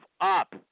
up